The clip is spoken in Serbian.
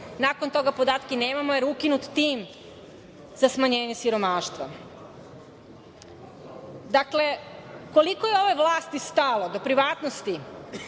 Nakon toga podatke nemamo, jer je ukinut tim za smanjenje siromaštva. Dakle, koliko je ovoj vlasti stalo do privatnosti